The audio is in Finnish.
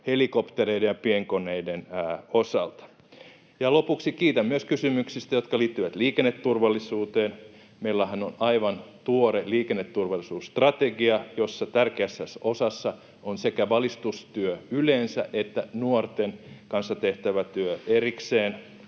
helikoptereiden ja pienkoneiden osalta. Lopuksi kiitän myös kysymyksistä, jotka liittyvät liikenneturvallisuuteen. Meillähän on aivan tuore liikenneturvallisuusstrategia, jossa tärkeässä osassa on sekä valistustyö yleensä että nuorten kanssa tehtävä työ erikseen.